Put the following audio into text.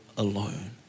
Alone